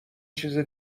چیزه